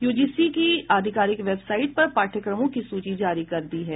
UGC की आधिकारिक website पर पाठ्यक्रमों की सूची जारी कर दी है